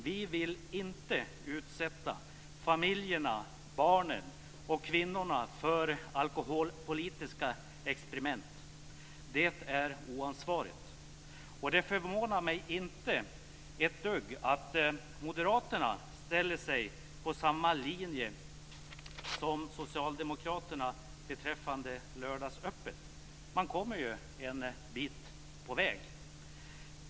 Vi vill inte utsätta familjerna, barnen och kvinnorna för alkoholpolitiska experiment. Det är oansvarigt! Det förvånar mig inte ett dugg att moderaterna ställer sig på samma linje som socialdemokraterna beträffande lördagsöppet - man kommer ju en bit på väg.